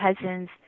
cousins